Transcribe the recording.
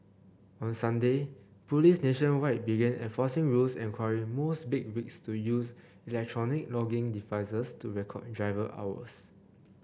on Sunday police nationwide began enforcing rules requiring most big rigs to use electronic logging devices to record driver hours